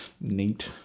neat